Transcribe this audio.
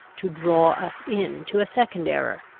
to draw us into a second error.